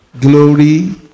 Glory